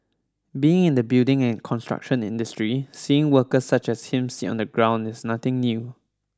being in the building and construction industry seeing workers such as him sit on the ground is nothing new